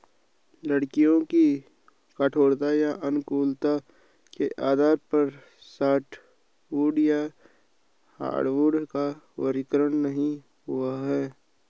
लकड़ियों की कठोरता या नाजुकता के आधार पर सॉफ्टवुड या हार्डवुड का वर्गीकरण नहीं हुआ है